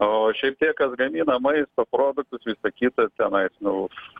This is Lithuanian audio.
o šiek tiek kas gamina maisto produktus visa kita ir tenais nu